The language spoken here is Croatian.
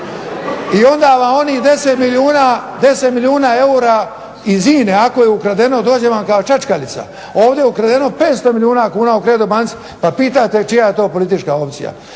I onda vam onih 10 milijuna eura iz INA-e ako je ukradeno dođe vam kao čačkalica. Ovdje je ukradeno 500 milijuna kuna u Credo banci, pa pitate čija je to politička opcija.